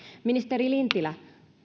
ministeri lintilä